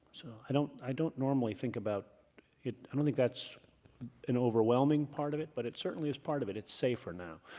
so i don't i don't normally think about it. i don't think that's an overwhelming part of it, but it certainly is part of it. it's safer now.